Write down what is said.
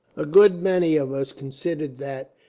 a good many of us considered that,